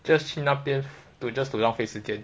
just 去那边 to just 浪费时间